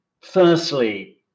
Firstly